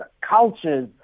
cultures